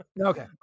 Okay